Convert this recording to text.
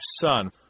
son